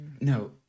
no